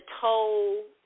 toll